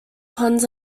ponds